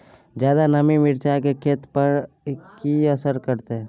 ज्यादा नमी मिर्चाय की खेती पर की असर करते?